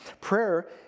Prayer